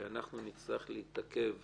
שאנחנו נצטרך להתעכב